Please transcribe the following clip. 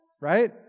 Right